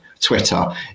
Twitter